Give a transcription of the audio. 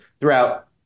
throughout